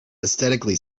aesthetically